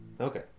Okay